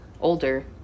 older